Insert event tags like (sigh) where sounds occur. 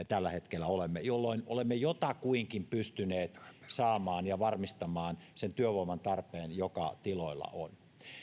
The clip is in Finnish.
(unintelligible) tällä hetkellä olemme jolloin olemme jotakuinkin pystyneet saamaan ja varmistamaan sen työvoiman tarpeen joka tiloilla on